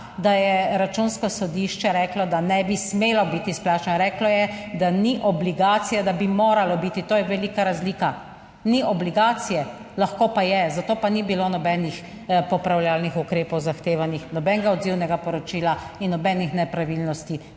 da je Računsko sodišče reklo, da ne bi smelo biti izplačano. Reklo je, da ni obligacije, da bi moralo biti. To je velika razlika. Ni obligacije, lahko pa je, za to pa ni bilo nobenih popravljalnih ukrepov zahtevanih, nobenega odzivnega poročila in nobenih nepravilnosti